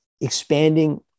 expanding